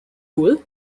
rule